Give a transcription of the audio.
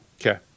Okay